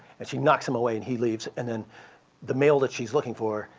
and she knocks him away and he leaves. and then the male that she's looking for,